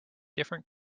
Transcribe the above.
different